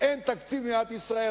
אין תקציב למדינת ישראל.